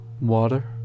Water